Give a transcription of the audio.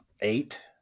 Eight